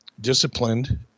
disciplined